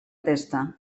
testa